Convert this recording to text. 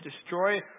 destroy